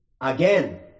Again